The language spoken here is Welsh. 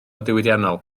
diwydiannol